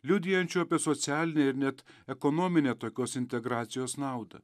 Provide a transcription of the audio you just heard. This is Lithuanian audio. liudijančių apie socialinę ir net ekonominę tokios integracijos naudą